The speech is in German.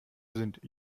sind